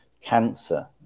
cancer